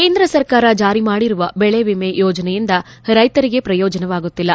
ಕೇಂದ್ರ ಸರಕಾರ ಜಾರಿ ಮಾಡಿರುವ ಬೆಳೆ ವಿಮೆ ಯೋಜನೆಯಿಂದ ರೈತರಿಗೆ ಪ್ರಯೋಜನವಾಗುತ್ತಿಲ್ಲ